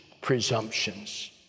presumptions